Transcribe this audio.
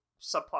subplot